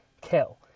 kill